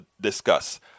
discuss